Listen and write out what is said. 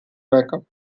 backup